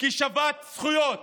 כשוות זכויות.